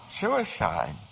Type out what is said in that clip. Suicide